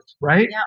right